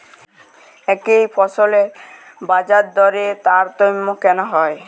একই ফসলের বাজারদরে তারতম্য কেন হয়?